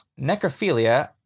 Necrophilia